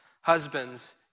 husbands